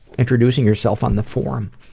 introducing yourself on the forum.